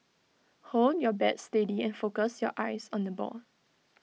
hold your bat steady and focus your eyes on the ball